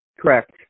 Correct